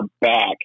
back